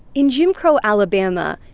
in jim crow alabama,